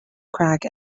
crack